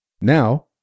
Now